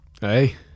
Hey